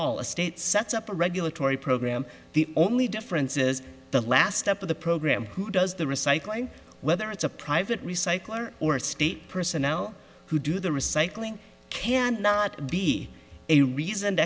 all a state sets up a regulatory program the only difference is the last step of the program who does the recycling whether it's a private recycler or state personnel who do the recycling can be a reason